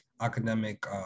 academic